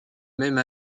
même